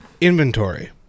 Inventory